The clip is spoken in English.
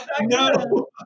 No